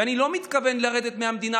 ואני לא מתכוון לרדת מהמדינה,